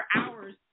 hours